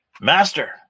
master